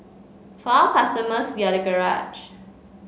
for our customers we are the garage